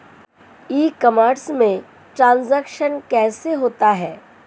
ई commerce में transaction कैसे होता है?